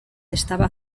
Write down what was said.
estaba